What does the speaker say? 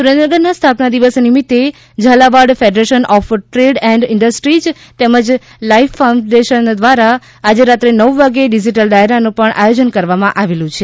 સુરેન્દ્રનગરના સ્થાપના દિવસ નિમિત્તે Jhalawad federation of trade and industries તેમજ લાઈફ ફાઉન્ડેશન દ્વારા આજે રાત્રે નવ વાગ્યે ડિજિટલ ડાયરાનું આયોજન કરવામાં આવેલ છે